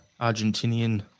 Argentinian